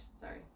Sorry